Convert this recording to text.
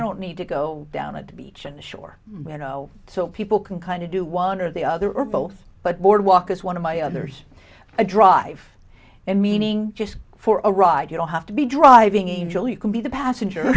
don't need to go down at the beach and the shore so people can kind of do one or the other or both but boardwalk is one of my others a drive in meaning just for a ride you don't have to be driving angel you can be the passenger